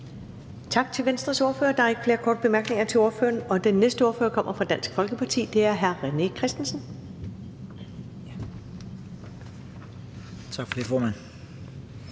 Tak til Venstres ordfører. Der er ikke flere korte bemærkninger til ordføreren. Den næste ordfører kommer fra Dansk Folkeparti, og det er hr. René Christensen. Kl. 19:24 (Ordfører)